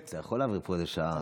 אתה יכול להעביר פה שעה ככה.